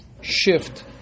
shift